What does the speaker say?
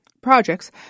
projects